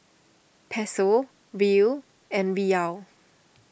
Peso Riel and Riyal